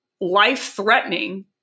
life-threatening